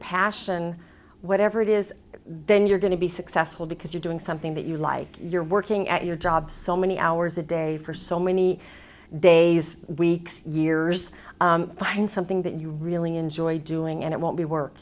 passion whatever it is then you're going to be successful because you're doing something that you like you're working at your job so many hours a day for so many days weeks years find something that you really enjoy doing and it won't be work